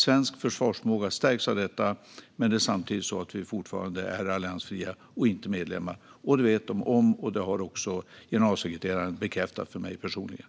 Svensk försvarsförmåga stärks av detta, men samtidigt är vi fortfarande alliansfria och inte medlemmar. Det vet Nato om, och det har också generalsekreteraren bekräftat för mig personligen.